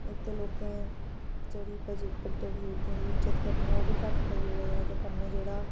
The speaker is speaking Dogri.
इक ते लोकें जेह्ड़ी बड्डे बजुर्गें दी इज्जत करनी ओह् बी घट्ट करी ओड़े दा ते कन्नै जेह्ड़ा